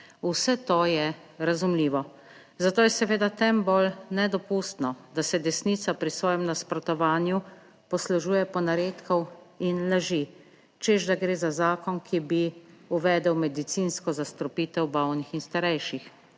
Vse to je razumljivo, zato je seveda tem bolj nedopustno, da se desnica pri svojem nasprotovanju poslužuje ponaredkov in laži, češ da gre za zakon, ki bi uvedel medicinsko zastrupitev bolnih in starejših.